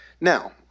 Now